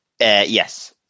Yes